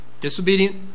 disobedient